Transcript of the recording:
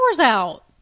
out